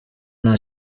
nta